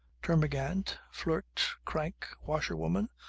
termagant, flirt, crank, washerwoman,